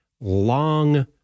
long